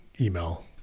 email